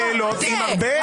את שואלת שאלות עם הרבה פוזיציה.